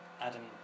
Adam